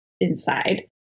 inside